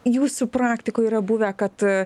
jūsų praktikoj yra buvę kad